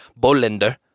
Bolender